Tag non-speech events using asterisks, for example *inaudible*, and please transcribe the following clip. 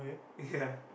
*laughs* ya